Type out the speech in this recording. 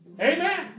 Amen